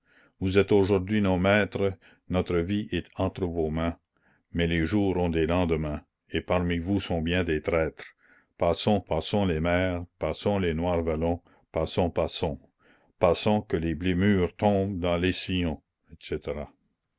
vous êtes aujourd'hui nos maîtres notre vie est entre vos mains mais les jours ont des lendemains et parmi vous sont bien des traîtres passons passons les mers passons les noirs vallons passons passons passons que les blés mûrs tombent dans les sillons etc